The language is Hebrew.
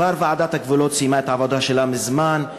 ועדת הגבולות כבר סיימה את העבודה שלה מזמן,